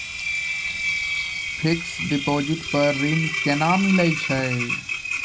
Fixed deposit पर ऋण केना मिलै छै?